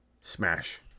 Smash